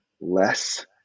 less